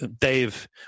Dave